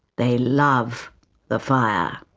they love the fire.